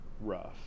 rough